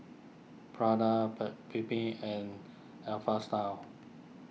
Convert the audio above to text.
Prada Paik's Bibim and Alpha Style